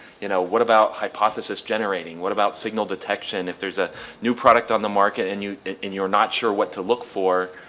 you know. what about hypothesis generating? what about signal detection? if there's a new product on the market and and you're not sure what to look for